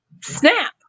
snap